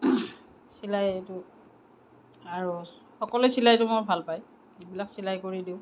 চিলাই দিওঁ আৰু সকলোৱে চিলাইটো মোৰ ভাল পায় যিবিলাক চিলাই কৰি দিওঁ